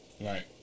Right